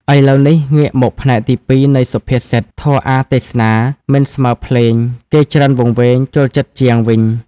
ឥឡូវនេះ ងាកមកផ្នែកទីពីរនៃសុភាសិត "ធម៌អាថ៌ទេសនា មិនស្មើភ្លេង គេច្រើនវង្វេង ចូលចិត្តជាង" វិញ។